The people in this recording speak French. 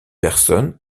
personnes